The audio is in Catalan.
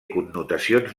connotacions